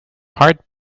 heart